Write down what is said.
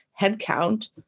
headcount